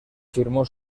firmó